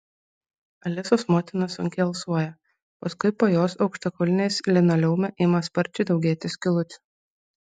alisos motina sunkiai alsuoja paskui po jos aukštakulniais linoleume ima sparčiai daugėti skylučių